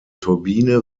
turbine